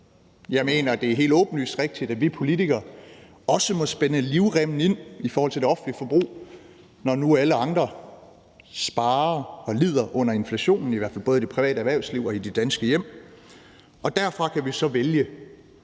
Jeg mener, at det er helt åbenlyst rigtigt, at vi politikere også må spænde livremmen ind i forhold til det offentlige forbrug, når nu alle andre sparer og lider under inflationen, i hvert fald både i det private erhvervsliv og i de danske hjem. Derfra kan vi så vælge